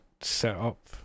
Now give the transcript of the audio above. setup